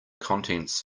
contents